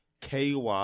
KY